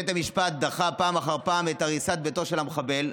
ובית המשפט דחה פעם אחר פעם את הריסת ביתו של המחבל.